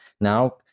now